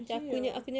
actually your